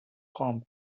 palm